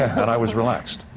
and i was relaxed.